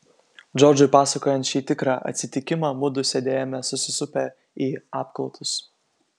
džordžui pasakojant šį tikrą atsitikimą mudu sėdėjome susisupę į apklotus